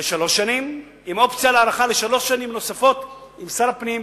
לשלוש שנים עם אופציה להארכה לשלוש שנים נוספות על-ידי שר הפנים,